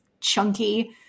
chunky